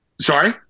Sorry